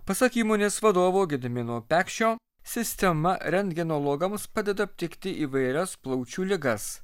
pasak įmonės vadovo gedimino pekšio sistema rentgenologams padeda aptikti įvairias plaučių ligas